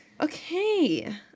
Okay